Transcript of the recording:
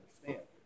understand